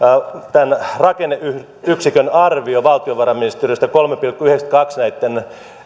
tämän rakenneyksikön arvio valtiovarainministeriöstä kolme pilkku yhdeksänkymmentäkaksi prosenttia näitten